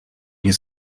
nie